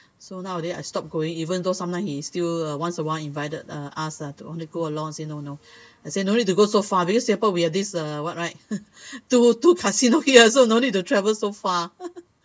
so nowadays I stop going even though sometimes he still once a while invited us to go along I say no no I say no need to go so far because singapore we have this uh what right two two casino here also no need to travel so far